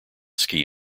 ski